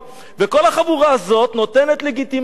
וכל החבורה הזאת נותנת לגיטימציה.